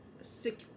sick